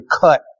cut